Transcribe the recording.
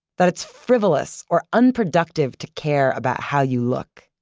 that it's frivolous or unproductive to care about how you look.